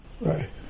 Right